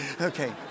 Okay